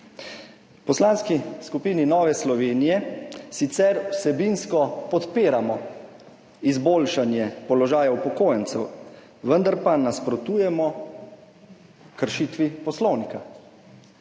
Poslanski skupini Nove Slovenije sicer vsebinsko podpiramo izboljšanje položaja upokojencev, vendar pa nasprotujemo kršitvi poslovnika.